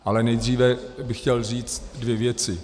Ale nejdříve bych chtěl říct dvě věci.